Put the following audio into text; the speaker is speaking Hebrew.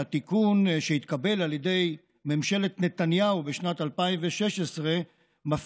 שהתיקון שהתקבל על ידי ממשלת נתניהו בשנת 2016 מפקיר,